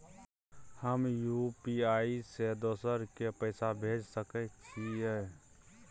हम यु.पी.आई से दोसर के पैसा भेज सके छीयै?